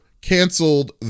canceled